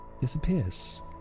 disappears